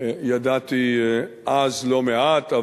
ידעתי אז לא מעט.